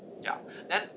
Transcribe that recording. ya then